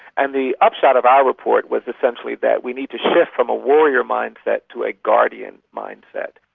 and the upshot of our report was essentially that we need to shift from a warrior mindset to a guardian mindset.